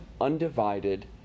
undivided